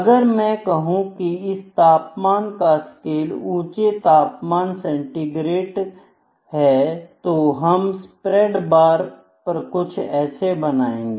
अगर मैं कहूं इस तापमान का स्केल ऊंचे तापमान सेंटीग्रेड है तो हम स्प्रेड बार कुछ ऐसे बनाएंगे